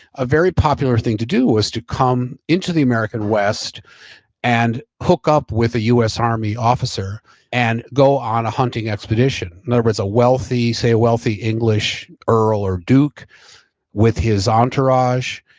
a very popular thing to do was to come into the american west and hook up with a us army officer and go on a hunting expedition. there was a wealthy, say a wealthy english earl or duke with his entourage,